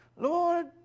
Lord